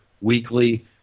weekly